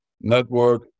network